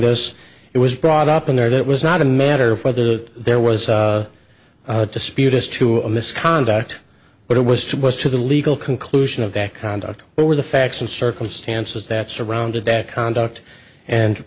this it was brought up in there it was not a matter of whether that there was a dispute as to a misconduct but it was too close to the legal conclusion of that conduct what were the facts and circumstances that surrounded that conduct and